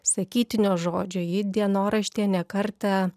sakytinio žodžio ji dienoraštyje ne kartą